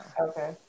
Okay